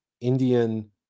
Indian